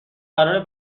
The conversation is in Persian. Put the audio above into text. قراره